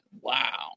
wow